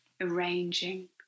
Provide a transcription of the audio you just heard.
arranging